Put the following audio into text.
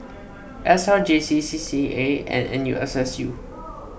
S R J C C C A and N U S S U